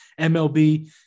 MLB